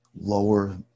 Lower